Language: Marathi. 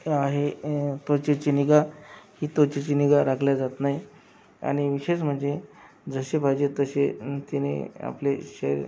आहे त्वचेची निगा ही त्वचेची निगा राखली जात नाही आणि विशेष म्हणजे जसे पाहिजे तसे तिने आपले शरीर